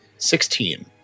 Sixteen